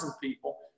people